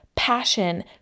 Passion